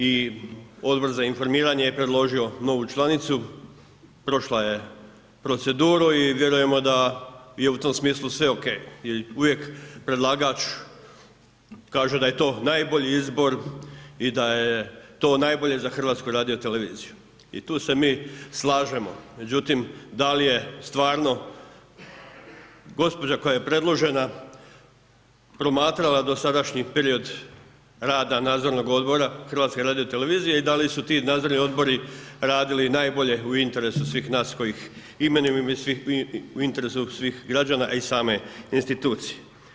I Odbor za informiranje je predložio novu članicu, prošla je proceduru i vjerujemo da je u tom smislu sve ok i uvijek predlagač kaže da je to najbolji izbor i da je to najbolje za HRT i tu se mi slažemo međutim da li je stvarno gđa. koja je predložena promatrala dosadašnji period rada Nadzornog odbora HRT-a i da li su ti nadzorni odbori radili najbolje u interesu svih nas kojih imenujemo i u interesu svih građana a i same institucije.